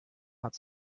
hat